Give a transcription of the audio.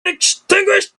extinguished